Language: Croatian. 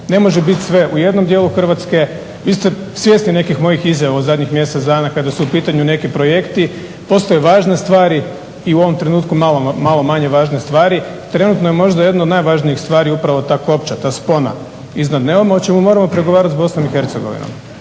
Ne može biti sve u jednom dijelu Hrvatske. Vi ste svjesni nekih mojih izjava u zadnjih mjesec dana kada su u pitanju neki projekti. Postoje važne stvari i u ovom trenutku malo manje važne stvari. Trenutno je možda jedno od najvažnijih stvari upravo ta kopča, ta spona iznad Neuma o čemu moramo pregovarati s BiH. Naravno